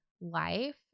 life